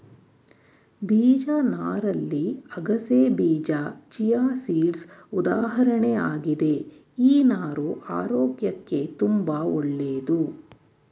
ಬೀಜ ನಾರಲ್ಲಿ ಅಗಸೆಬೀಜ ಚಿಯಾಸೀಡ್ಸ್ ಉದಾಹರಣೆ ಆಗಿದೆ ಈ ನಾರು ಆರೋಗ್ಯಕ್ಕೆ ತುಂಬಾ ಒಳ್ಳೇದು